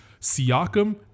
Siakam